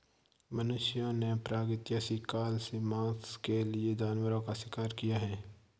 मनुष्यों ने प्रागैतिहासिक काल से मांस के लिए जानवरों का शिकार किया है